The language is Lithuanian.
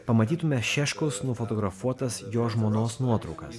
pamatytume šeškaus nufotografuotas jo žmonos nuotraukas